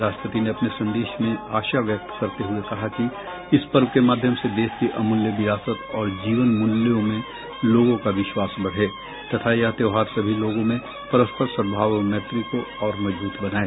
राष्ट्रपति ने अपने संदेश में आशा व्यक्त करते हुये कहा कि इस पर्व के माध्यम से देश की अमूल्य विरासत और जीवन मूल्यों में लोगों का विश्वास बढ़े तथा यह त्योहार सभी लोगों में परस्पर सद्भाव व मैत्री को और मजबूत बनाए